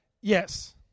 Yes